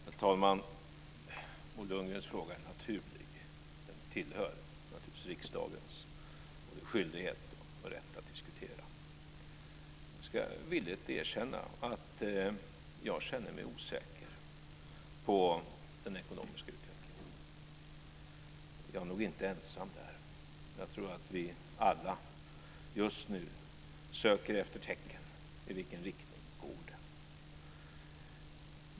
Herr talman! Bo Lundgrens fråga är naturlig. Den tillhör naturligtvis riksdagens skyldighet och rätt att diskutera. Jag ska villigt erkänna att jag känner mig osäker på den ekonomiska utvecklingen. Jag är nog inte ensam där. Jag tror att vi alla just nu söker efter tecken: I vilken riktning går det?